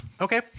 Okay